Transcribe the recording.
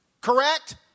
Correct